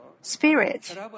spirit